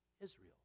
Israel